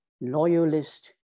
loyalist